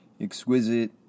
exquisite